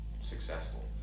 successful